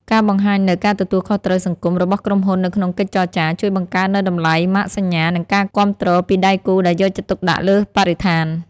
ការបង្ហាញនូវ "ការទទួលខុសត្រូវសង្គម" របស់ក្រុមហ៊ុននៅក្នុងកិច្ចចរចា ជួយបង្កើននូវតម្លៃម៉ាកសញ្ញា និងការគាំទ្រពីដៃគូដែលយកចិត្តទុកដាក់លើបរិស្ថាន។